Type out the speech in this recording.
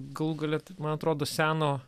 galų gale man atrodo seno